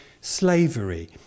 slavery